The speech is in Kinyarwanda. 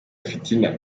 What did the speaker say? fitina